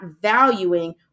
valuing